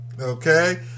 Okay